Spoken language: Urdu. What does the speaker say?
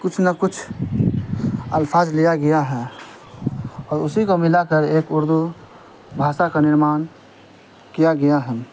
کچھ نہ کچھ الفاظ لیا گیا ہیں اور اسی کو ملا کر ایک اردو بھاشا کا نرمان کیا گیا ہیں